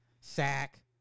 Sack